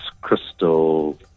crystal